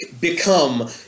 become